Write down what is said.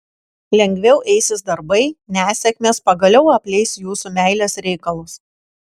lengviau eisis darbai nesėkmės pagaliau apleis jūsų meilės reikalus